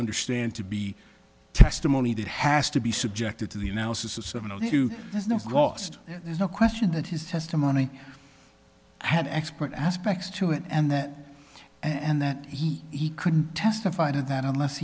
understand to be testimony that has to be subjected to the analysis of the issue is not wast there's no question that his testimony had expert aspects to it and that and that he he couldn't testify to that unless